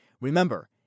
Remember